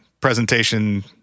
presentation